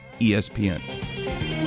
ESPN